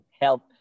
help